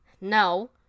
No